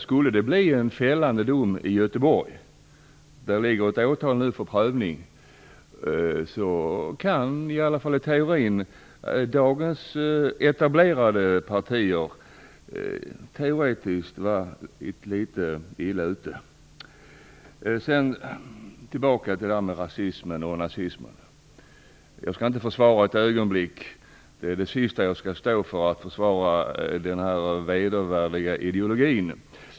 Skulle det bli en fällande dom i Göteborg, där det nu ligger ett åtal för prövning, kan i varje fall i teorin dagens etablerade partier vara litet illa ute. Tillbaka till frågan om nazismen och rasismen. Jag skall inte för ett ögonblick försvara denna vedervärdiga ideologi. Det vore det sista jag stod för.